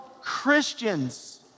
Christians